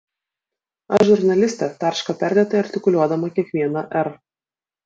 aš žurnalistė tarška perdėtai artikuliuodama kiekvieną r